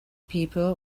people